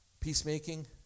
Peacemaking